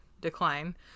decline